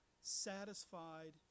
satisfied